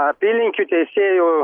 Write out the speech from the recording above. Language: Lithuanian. apylinkių teisėjų